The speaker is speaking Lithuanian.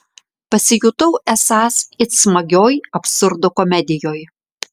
pasijutau esąs it smagioj absurdo komedijoj